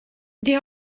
die